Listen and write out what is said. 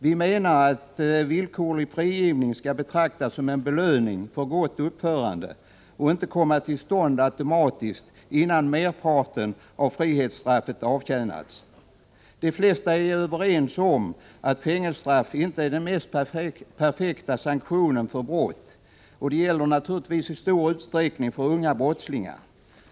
Vi menar att villkorlig frigivning skall betraktas som en belöning för gott uppförande och inte komma till stånd automatiskt innan merparten av frihetsstraffet avtjänats. De flesta är överens om att fängelsestraff inte är den mest perfekta sanktionen för brott. Detta gäller naturligtvis i stor utsträckning unga brottslingar.